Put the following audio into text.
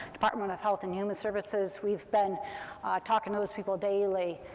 department of health and human services, we've been talking to those people daily,